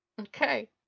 Okay